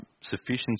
sufficiency